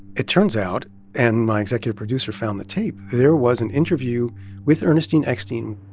it turns out and my executive producer found the tape there was an interview with ernestine eckstein.